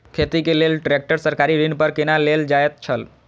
खेती के लेल ट्रेक्टर सरकारी ऋण पर कोना लेल जायत छल?